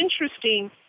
interesting